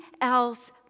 else